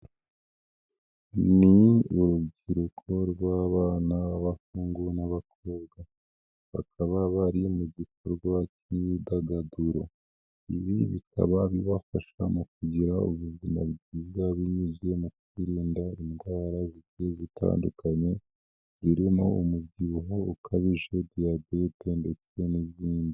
Ni urubyiruko rw'abana b'abahungu n'abakobwa, bakaba bari mu gikorwa cy'imyidagaduro, ibi bikaba bibafasha mu kugira ubuzima bwiza, binyuze mu kwirinda indwara zigiye zitandukanye, zirimo umubyibuho ukabije, Diyabete ndetse n'izindi.